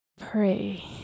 pray